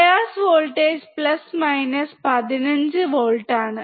bias voltage plus minus 15 volt ആണ്